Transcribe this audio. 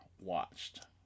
watched